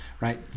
right